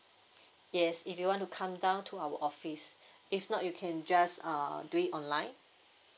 yes if you want to come down to our office if not you can just err do it online